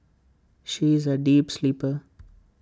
she is A deep sleeper